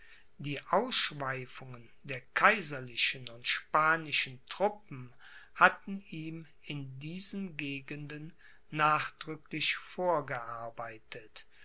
die ausschweifungen der kaiserlichen und spanischen truppen hatten ihm in diesen gegenden nachdrücklich vorgearbeitet